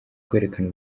kwerekana